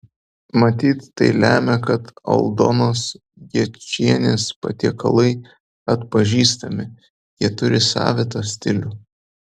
matyt tai lemia kad aldonos gečienės patiekalai atpažįstami jie turi savitą stilių